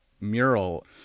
mural